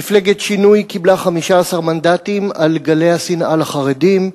מפלגת שינוי קיבלה 15 מנדטים על גלי השנאה לחרדים,